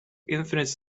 infinite